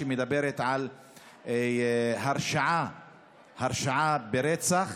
שמדברת על הרשעה ברצח